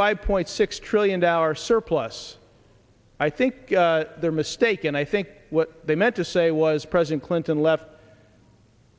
five point six trillion dollars surplus i think they're mistaken i think what they meant to say was president clinton left